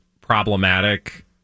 problematic